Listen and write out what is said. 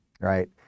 right